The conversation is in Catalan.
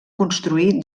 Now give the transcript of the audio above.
construir